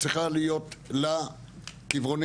צריכים להיות לה כיוונים.